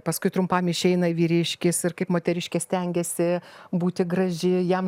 paskui trumpam išeina vyriškis ir kaip moteriškė stengiasi būti graži jam